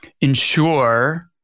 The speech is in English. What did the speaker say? ensure